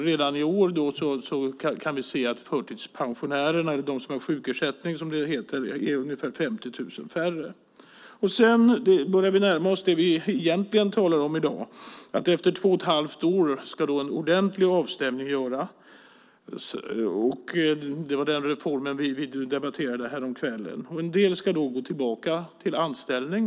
Redan i år kan vi se att det är ungefär 50 000 färre som har sjukpenning. Nu börjar vi närma oss det vi egentligen talar om i dag. Efter två och ett halvt år ska en ordentlig avstämning göras. Det var den reformen vi debatterade häromkvällen. En del, de som har arbetsförmåga, ska gå tillbaka till anställning.